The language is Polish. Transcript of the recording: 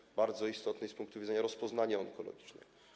Jest on bardzo istotny z punktu widzenia rozpoznania onkologicznego.